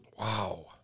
Wow